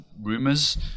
rumors